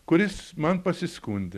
kuris man pasiskundė